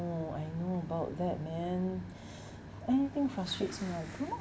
I know about that man anything frustrates me ah I cannot